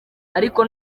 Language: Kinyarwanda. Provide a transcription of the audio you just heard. ariko